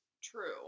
true